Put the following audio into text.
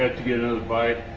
ah to get another bite.